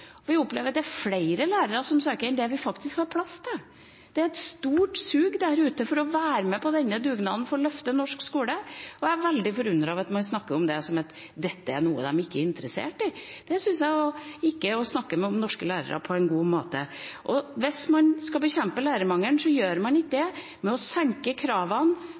Vi opplever at det er flere lærere som søker, enn det vi faktisk har plass til. Det er et stort sug der ute for å være med på denne dugnaden for å løfte norsk skole, og jeg er veldig forundret over at man snakker om det som om dette er noe de ikke er interessert i. Det syns jeg ikke er å snakke om norske lærere på en god måte. Hvis man skal bekjempe lærermangelen, gjør man ikke det ved å senke kravene,